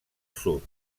sud